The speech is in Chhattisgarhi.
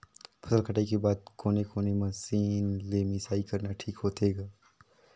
फसल कटाई के बाद कोने कोने मशीन ले मिसाई करना ठीक होथे ग?